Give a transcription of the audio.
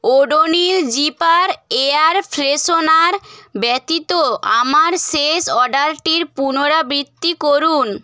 Odonil zipper air freshener ব্যতীত আমার শেষ অর্ডারটির পুনরাবৃত্তি করুন